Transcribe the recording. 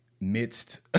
midst